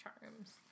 charms